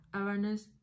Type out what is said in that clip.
awareness